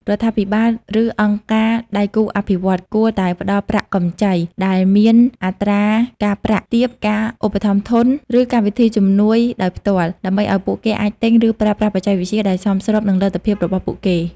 រដ្ឋាភិបាល ឬអង្គការដៃគូអភិវឌ្ឍន៍ គួរតែផ្តល់ប្រាក់កម្ចីដែលមានអត្រាការប្រាក់ទាប ការឧបត្ថម្ភធន ឬកម្មវិធីជំនួយដោយផ្ទាល់ ដើម្បីឲ្យពួកគេអាចទិញ ឬប្រើប្រាស់បច្ចេកវិទ្យាដែលសមស្របនឹងលទ្ធភាពរបស់ពួកគេ។